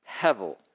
Hevel